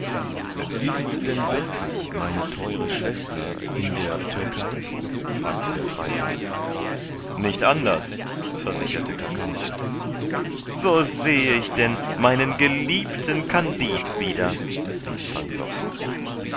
ist denn wirklich meine theure schwester in der türkei fragte der freiherr nicht anders versicherte kakambo so sehe ich denn meinen geliebten kandid wieder rief